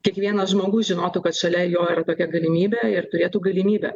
kiekvienas žmogus žinotų kad šalia jo yra tokia galimybė ir turėtų galimybę